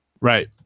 Right